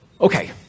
okay